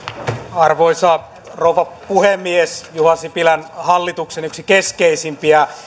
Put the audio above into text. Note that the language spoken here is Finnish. arvoisa rouva puhemies juha sipilän hallituksen yksi keskeisimpiä